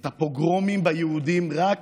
את הפוגרומים ביהודים רק